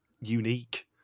unique